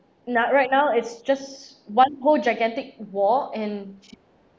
na~ right now it's just one whole gigantic wall and